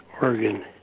Oregon